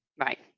Right